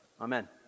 Amen